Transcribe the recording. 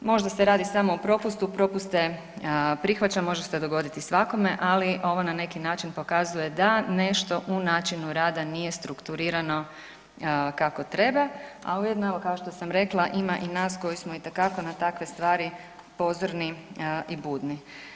Možda se radi samo o propustu, propuste prihvaćam, može se dogoditi svakome, ali ovo na neki način pokazuje da nešto u načinu rada nije strukturirano kako treba, a ujedno evo, kao što sam rekla, ima i nas koji smo itekako na takve stvari pozorni i budni.